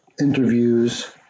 interviews